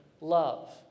love